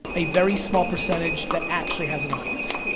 a very small percentage that actually has an audience,